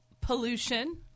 pollution